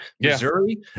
Missouri